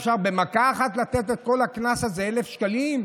אפשר במכה אחת לתת את כל הקנס הזה, 1,000 שקלים?